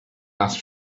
last